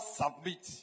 submit